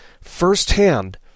firsthand